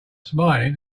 smiling